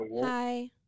Hi